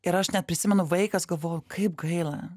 ir aš net prisimenu vaikas galvojau kaip gaila